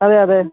അതേ അതേ